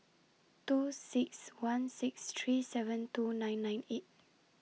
two six one six three seven two nine nine eight